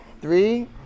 Three